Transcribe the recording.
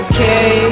Okay